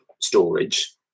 storage